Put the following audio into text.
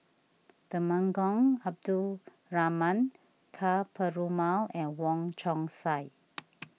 Temenggong Abdul Rahman Ka Perumal and Wong Chong Sai